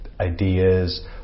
ideas